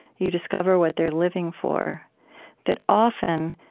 you discover what they're living for that often,